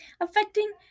affecting